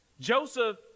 Joseph